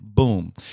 Boom